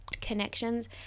connections